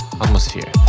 atmosphere